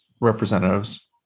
representatives